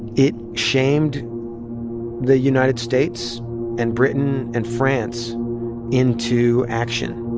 it shamed the united states and britain and france into action